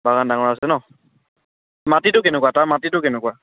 বাগান ডাঙৰ আছে ন মাটিটো কেনেকুৱা তাৰ মাটিটো কেনেকুৱা